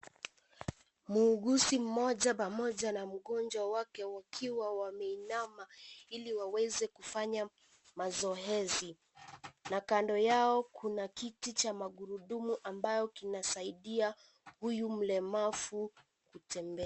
Mwuguzi mmoja pamoja na mgonjwa wake wakiwa wameinama ili waweze kufanya mazoezi na kando yao kuna kiti cha magurudumu ambacho kinasaidia huyu mlemavu kutembea.